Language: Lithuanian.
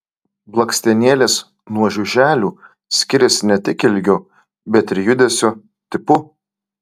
blakstienėlės nuo žiuželių skiriasi ne tik ilgiu bet ir judesio tipu